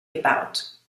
gebaut